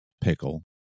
pickle